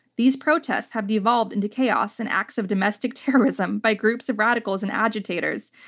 these protests have evolved into chaos and acts of domestic terrorism by groups of radicals and agitators.